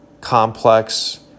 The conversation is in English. complex